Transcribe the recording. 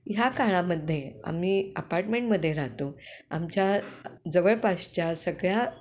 ह्या काळामध्ये आम्ही अपार्टमेंट मध्ये राहतो आमच्या जवळपासच्या सगळ्या